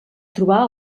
trobar